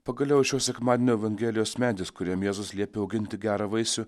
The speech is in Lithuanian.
pagaliau šio sekmadienio evangelijos medis kuriam jėzus liepia auginti gerą vaisių